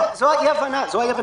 זו אי ההבנה.